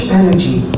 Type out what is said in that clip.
energy